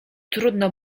trudno